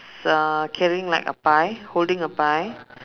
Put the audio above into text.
s~ a carrying like a pie holding a pie